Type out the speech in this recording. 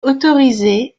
autorisé